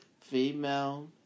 female